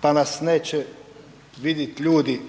pa nas neće vidit ljudi